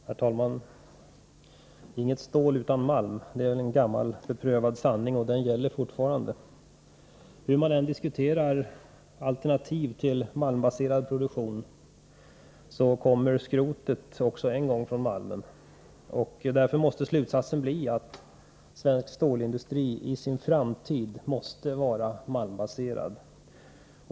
Herr talman! Inget stål utan malm. Det är en gammal beprövad sanning, som gäller fortfarande. Hur man än diskuterar alternativ till malmbaserad produktion, kommer också skrotet en gång från malmen, och därför måste slutsatsen bli att svensk stålindustri i framtiden måste vara malmbaserad.